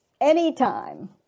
Anytime